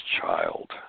child